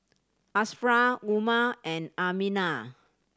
Ashraf Umar and Aminah